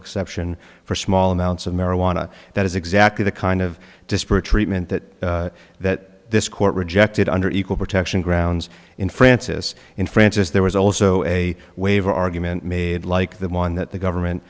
exception for small amounts of marijuana that is exactly the kind of disparate treatment that that this court rejected under equal protection grounds in frances in frances there was also a waiver argument made like the one that the government